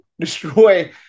destroy